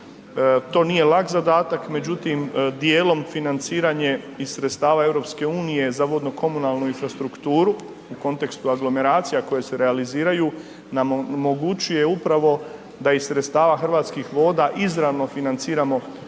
To nije lak zadatak, međutim, djelom financiranje iz sredstava EU za vodno komunalnu infrastrukturu, u kontekstu aglomeracija koje se realiziraju nam omogućuje upravo da iz sredstava Hrvatskih voda izravno financiramo